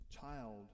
child